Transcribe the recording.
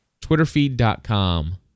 Twitterfeed.com